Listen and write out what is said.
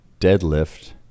deadlift